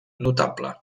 notable